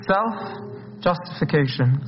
Self-justification